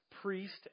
priest